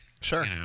Sure